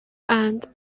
and